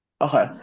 Okay